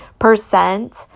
percent